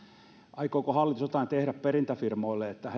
aikooko hallitus jotain tehdä perintäfirmoille että